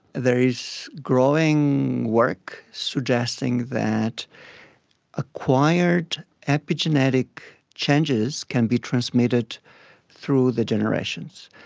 there is growing work suggesting that acquired epigenetic changes can be transmitted through the generations,